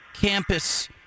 campus